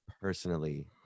personally